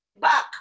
back